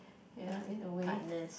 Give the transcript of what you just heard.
ya in a way